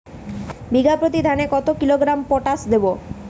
বিঘাপ্রতি ধানে কত কিলোগ্রাম পটাশ দেবো?